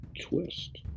twist